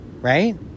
Right